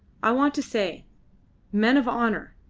i want to say men of honour.